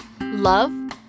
love